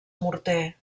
morter